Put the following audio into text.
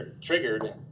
triggered